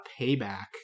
Payback